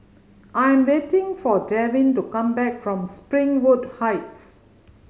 I am waiting for Devin to come back from Springwood Heights